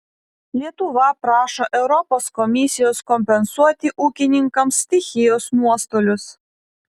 lietuva prašo europos komisijos kompensuoti ūkininkams stichijos nuostolius